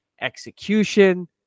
execution